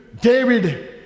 david